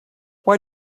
why